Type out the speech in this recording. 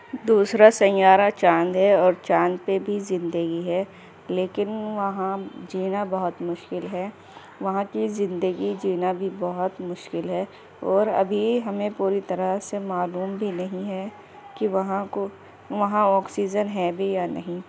دوسرا سیّارہ چاند ہے اور چاند پہ بھی زندگی ہے لیکن وہاں جینا بہت مشکل ہے وہاں کی زندگی جینا بھی بہت مشکل ہے اور ابھی ہمیں پوری طرح سے معلوم بھی نہیں ہے کہ وہاں کو وہاں آکسیجن ہے بھی یا نہیں